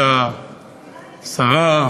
את השרה,